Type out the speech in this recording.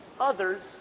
others